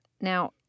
Now